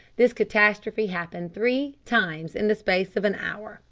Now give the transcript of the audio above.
this catastrophe happened three times in the space of an hour,